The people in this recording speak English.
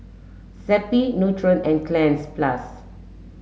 Zappy Nutren and Cleanz plus